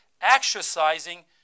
exercising